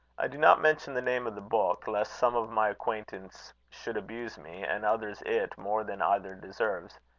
i do not mention the name of the book, lest some of my acquaintance should abuse me, and others it, more than either deserves.